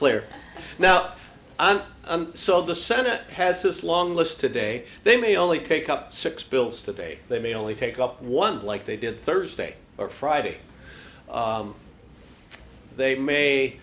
clear now and so the senate has this long list today they may only pick up six bills today they may only take up one like they did thursday or friday they may